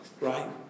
right